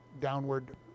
downward